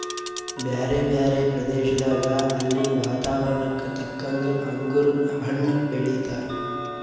ಬ್ಯಾರೆ ಬ್ಯಾರೆ ಪ್ರದೇಶದಾಗ ಅಲ್ಲಿನ್ ವಾತಾವರಣಕ್ಕ ತಕ್ಕಂಗ್ ಅಂಗುರ್ ಹಣ್ಣ್ ಬೆಳೀತಾರ್